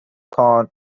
cone